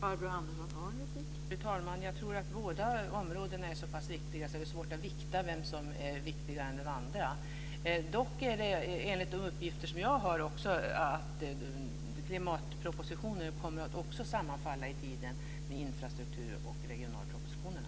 Fru talman! Jag tror att båda områdena är så pass viktiga att det är svårt att vikta vilket som är viktigare än det andra. Dock kommer enligt de uppgifter som jag har klimatpropositionen att sammanfall i tiden med infrastruktur och regionalpropositionerna.